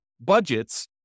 budgets